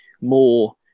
more